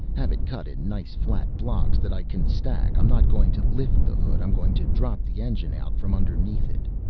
have it cut in nice flat blocks that i can stack. i'm not going to lift the hood i'm going to drop the engine out from underneath it!